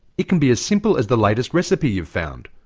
it can be as simple as the latest recipe you found,